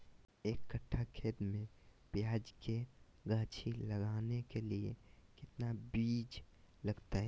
एक कट्ठा खेत में प्याज के गाछी लगाना के लिए कितना बिज लगतय?